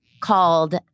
called